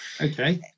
Okay